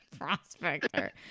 Prospector